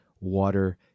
water